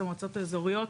את מועצות האזוריות,